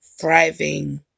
thriving